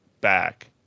back